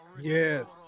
Yes